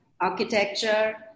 architecture